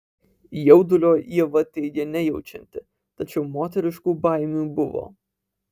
jaudulio ieva teigė nejaučianti tačiau moteriškų baimių buvo